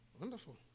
Wonderful